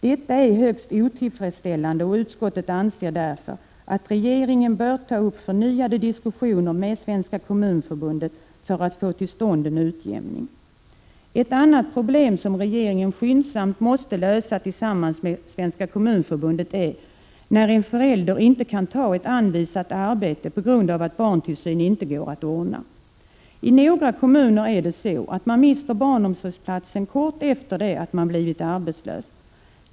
Detta är högst otillfredsställande, och utskottet anser därför att regeringen bör ta upp förnyade diskussioner med Svenska kommunförbundet för att få till stånd en utjämning. Ett annat problem som regeringen skyndsamt måste lösa tillsammans med Svenska kommunförbundet är förfarandet när en förälder inte kan ta ett anvisat arbete på grund av att barntillsyn inte går att ordna. I några kommuner är det så att man mister barnomsorgsplatsen kort efter det att man blivit arbetslös.